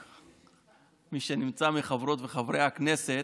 מי שנמצא מחברות וחברי הכנסת,